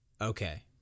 Okay